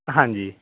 ਹਾਂਜੀ